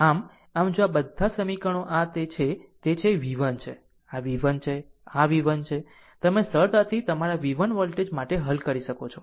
આમ આમ જો આ બધાં સમીકરણો આ છે તે v 1 છે આ v 1 છે આ v 1 છે તમે સરળતાથી તમારા v 1 વોલ્ટેજ માટે હલ કરી શકો છો